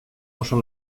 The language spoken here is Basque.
oso